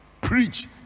preach